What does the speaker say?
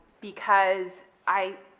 because i,